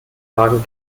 magen